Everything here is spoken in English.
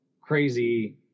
crazy